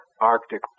Arctic